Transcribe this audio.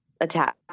attack